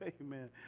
Amen